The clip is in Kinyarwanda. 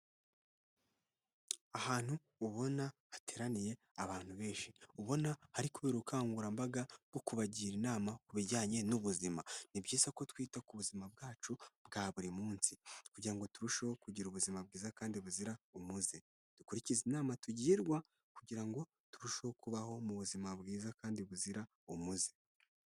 Ahantu ubona hateraniye abantu benshi, ubona hari kubera ubukangurambaga bwo kubagira inama ku bijyanye n'ubuzima, ni byiza ko twita ku buzima bwacu bwa buri munsi kugira ngo turusheho kugira ubuzima bwiza kandi buzira umuze, dukurikize inama tugirwa kugira ngo turusheho kubaho mu buzima bwiza kandi buzira umuze.